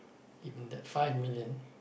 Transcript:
even that five million